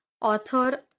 author